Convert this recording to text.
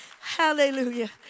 hallelujah